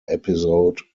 episode